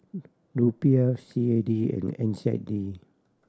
Rupiah C A D and N Z D